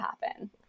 happen